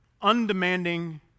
undemanding